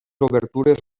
obertures